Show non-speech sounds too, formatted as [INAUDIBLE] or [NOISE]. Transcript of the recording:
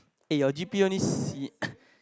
eh your G_P A only C [COUGHS]